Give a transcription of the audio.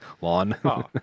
Lawn